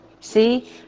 See